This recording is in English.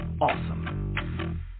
awesome